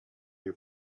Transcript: your